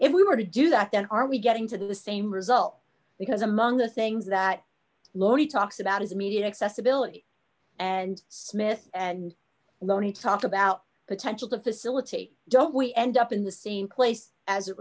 if we were to do that then are we getting to the same result because among the things that laurie talks about is immediate accessibility and smith and loney talk about potentials of facility don't we end up in the same place as it